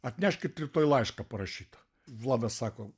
atneškit rytoj laišką parašytą vladas sako